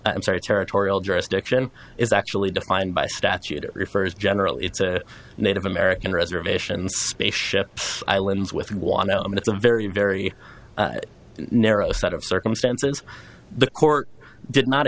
i'm sorry territorial jurisdiction is actually defined by statute it refers general it's a native american reservations space ship islands with want to i mean it's a very very narrow set of circumstances the court did not